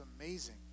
amazing